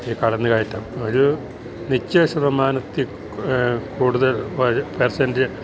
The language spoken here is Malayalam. ഈ കടന്ന് കയറ്റം ഒരു നിശ്ചിത ശ്മാതമാനത്തിൽ കൂട്തൽ പേർസെൻ്റ്